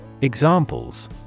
Examples